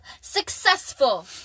Successful